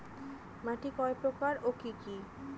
মাটি কয় প্রকার ও কি কি?